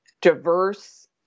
diverse